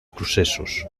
processos